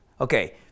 okay